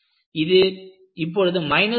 இது இப்பொழுது மைனஸ் 4